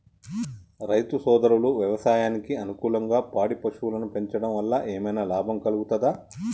రైతు సోదరులు వ్యవసాయానికి అనుకూలంగా పాడి పశువులను పెంచడం వల్ల ఏమన్నా లాభం కలుగుతదా?